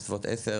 בסביבות עשר,